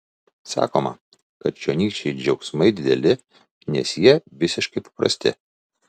sakoma kad čionykščiai džiaugsmai dideli nes jie visiškai paprasti